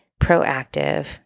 proactive